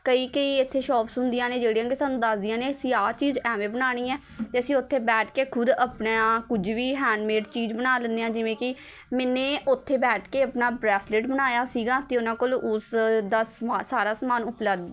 ਕਈ ਕਈ ਇੱਥੇ ਸ਼ੋਪਸ ਹੁੰਦੀਆਂ ਨੇ ਜਿਹੜੀਆਂ ਕਿ ਸਾਨੂੰ ਦੱਸਦੀਆਂ ਨੇ ਅਸੀਂ ਆਹ ਚੀਜ਼ ਐਵੇਂ ਬਣਾਉਣੀ ਹੈ ਅਤੇ ਅਸੀਂ ਉੱਥੇ ਬੈਠ ਕੇ ਖੁਦ ਆਪਣਾ ਕੁਝ ਵੀ ਹੈਂਡਮੇਡ ਚੀਜ਼ ਬਣਾ ਲੈਂਦੇ ਹਾਂ ਜਿਵੇਂ ਕਿ ਮੈਨੇ ਉੱਥੇ ਬੈਠ ਕੇ ਆਪਣਾ ਬਰੈਸਲੇਟ ਬਣਾਇਆ ਸੀਗਾ ਅਤੇ ਓਹਨਾਂ ਕੋਲ ਉਸ ਦਾ ਸਮਾ ਸਾਰਾ ਸਮਾਨ ਉਪਲੱ